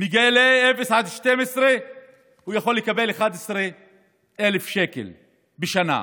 בגילאי אפס עד 12 יכול לקבל 11,000 שקלים בשנה,